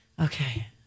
Okay